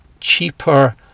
cheaper